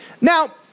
Now